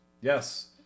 Yes